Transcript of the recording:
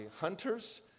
hunters